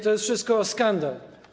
To jest wszystko skandal.